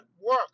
work